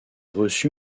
reçu